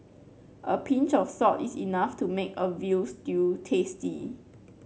a pinch of salt is enough to make a veal stew tasty